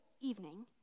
evening